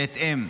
בהתאם.